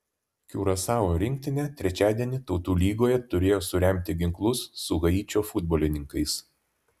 kiurasao rinktinė trečiadienį tautų lygoje turėjo suremti ginklus su haičio futbolininkais